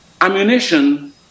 ammunition